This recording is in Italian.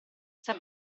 s’è